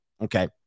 Okay